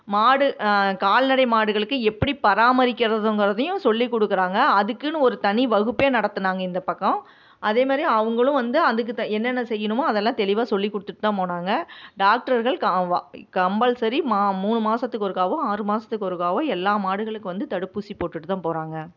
மாடு கால்நடை மாடுகளுக்கு எப்படி பராமரிக்கிறதுங்கிறதையும் சொல்லிக்கொடுக்கறாங்க அதுக்குன்னு ஒரு தனி வகுப்பே நடத்தினாங்க இந்த பக்கம் அதே மாதிரி அவங்களும் வந்து அதுக்கு தே என்னென்ன செய்யணுமோ அதெல்லாம் தெளிவாக சொல்லிக்கொடுத்துட்டு தான் போனாங்க டாக்டர்கள் கம்பல்சரி மா மூணு மாதத்துக்கு ஒருக்காவும் ஆறு மாதத்துக்கு ஒருக்காவும் எல்லா மாடுகளுக்கு வந்து தடுப்பூசி போட்டுட்டு தான் போகிறாங்க